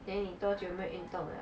then 你多久没有运动了